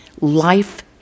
Life